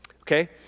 Okay